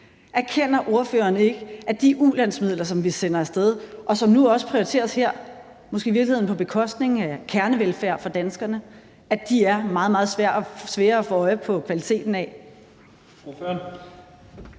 Erkender ordføreren ikke, at de ulandsmidler, som vi sender af sted, og som nu også prioriteres her, måske i virkeligheden på bekostning af kernevelfærd for danskerne, er meget, meget svære at få øje på kvaliteten af?